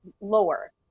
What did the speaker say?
lower